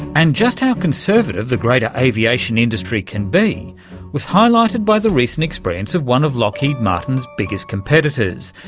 and just how conservative the greater aviation industry can be was highlighted by the recent experience of one of lockheed martin's biggest competitors,